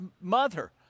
mother